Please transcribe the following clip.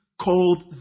called